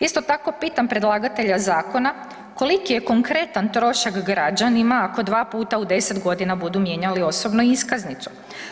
Isto tako pitam predlagatelja zakona koliki je konkretan trošak građanima ako dva puta u deset godina budu mijenjali osobnu iskaznicu?